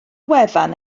wefan